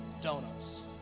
donuts